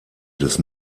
des